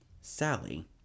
Sally